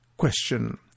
question